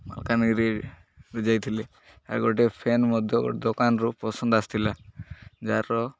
ମାଲକାନଗିରି ଯାଇଥିଲି ଆଉ ଗୋଟେ ଫ୍ୟାନ୍ ମଧ୍ୟ ଗୋଟେ ଦୋକାନରୁ ପସନ୍ଦ ଆସିଥିଲା ଯାହାର